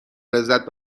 لذت